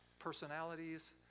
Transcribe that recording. personalities